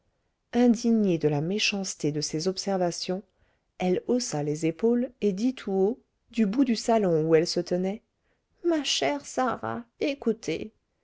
indignée de la méchanceté de ces observations elle haussa les épaules et dit tout haut du bout du salon où elle se tenait ma chère sarah écoutez